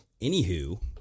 Anywho